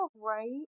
right